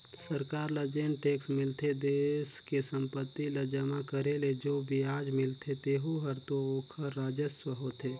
सरकार ल जेन टेक्स मिलथे देस के संपत्ति ल जमा करे ले जो बियाज मिलथें तेहू हर तो ओखर राजस्व होथे